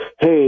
Hey